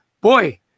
boy